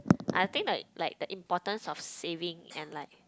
I think like like the importance of saving and like